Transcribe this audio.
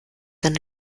eine